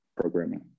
programming